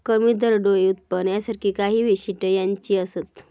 कमी दरडोई उत्पन्न यासारखी काही वैशिष्ट्यो ह्याची असत